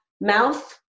mouth